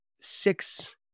six